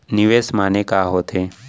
निवेश माने का होथे?